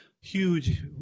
huge